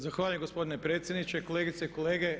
Zahvaljujem gospodine predsjedniče, kolegice i kolege.